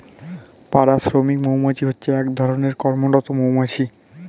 পাড়া শ্রমিক মৌমাছি হচ্ছে এক ধরণের কর্মরত মৌমাছি